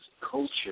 culture